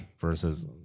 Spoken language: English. versus